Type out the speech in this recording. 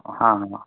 हँ